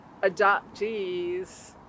adoptees